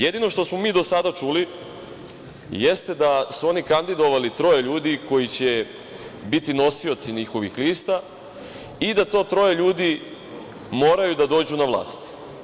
Jedino što smo mi do sada čuli jeste da su oni kandidovali troje ljudi koji će biti nosioci njihovih lista i da to troje ljudi moraju da dođu na vlast.